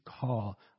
call